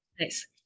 Nice